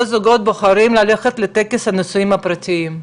זוגות בוחרים ללכת לטקס הנישואים הפרטיים.